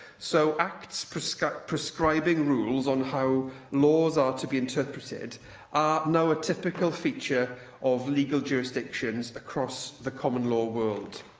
so acts prescribing prescribing rules on how laws are to be interpreted are now a typical feature of legal jurisdictions across the common law world.